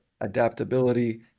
adaptability